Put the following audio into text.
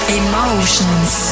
emotions